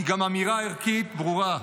היא גם אמירה ערכית ברורה,